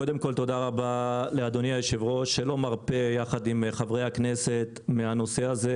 תודה רבה לאדוני היושב-ראש שלא מרפה יחד עם חברי הכנסת מהנושא הזה